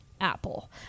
apple